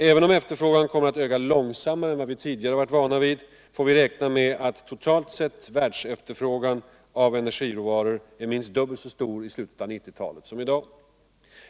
Även om efterfrågan kommer att öka långsammare än vi tidigare varit vana vid får vi räkna med att totalt sett världsefterfrågan av energiråvaror är minst dubbelt så stor som i dag i slutet av 1990-talet.